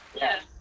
Yes